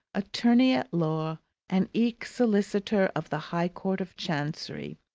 attorney-at-law and eke solicitor of the high court of chancery,